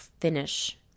finish